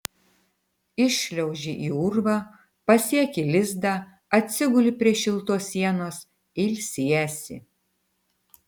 įšliauži į urvą pasieki lizdą atsiguli prie šiltos sienos ilsiesi